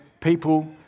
people